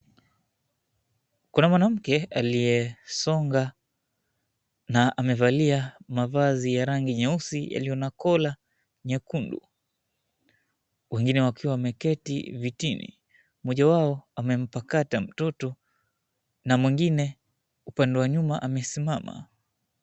Kuna mwanamke aliyesonga na amevalia mavazi ya rangi nyeusi yaliyo na kola nyekundu. Wengine wakiwa wameketi vitini. Mmoja wao amempakata mtoto na mwingine upande wa nyuma amesimama.